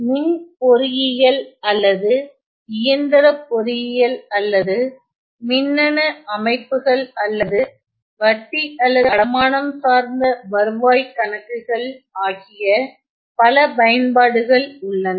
மின்பொறியியல் அல்லது இயந்திரப் பொறியியல் அல்லது மின்னணு அமைப்புகள் அல்லது வட்டி அல்லது அடமானம் சார்ந்த வருவாய் கணக்குகள் ஆகிய பல பயன்பாடுகள் உள்ளன